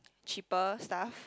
cheaper stuff